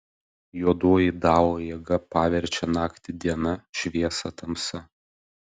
juodoji dao jėga paverčia naktį diena šviesą tamsa